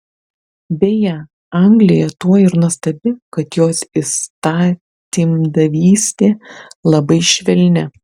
beje anglija tuo ir nuostabi kad jos įstatymdavystė labai švelni